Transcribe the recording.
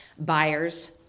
buyers